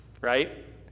right